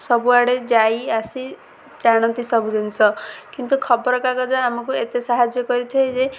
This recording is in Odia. ସବୁଆଡ଼େ ଯାଇ ଆସି ଜାଣନ୍ତି ସବୁ ଜିନିଷ କିନ୍ତୁ ଖବରକାଗଜ ଆମକୁ ଏତେ ସାହାଯ୍ୟ କରିଥାଏ ଯେ